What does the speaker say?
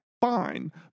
Fine